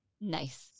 Nice